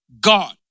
God